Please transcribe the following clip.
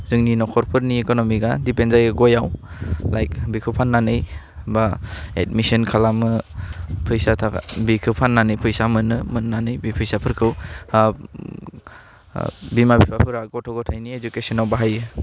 जोंनि नखरफोरनि इकननिकआ डिपेन जायो गयआव लाइक बेखौ फाननानै बा एडमिशन खालामो फैसा थाबा बेखौ फान्नानै फैसा मोनो मोन्नानै बे फैसाफोरखौ बिमा बिफाफोरा गथ' गथायनि इजुकेसनाव बाहायो